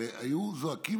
הרי היו זועקים,